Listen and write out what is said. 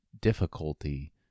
difficulty